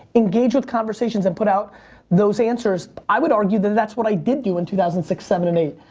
engage with conversations and put out those answers? i would argue that that's what i did do in two thousand and six, seven, and eight.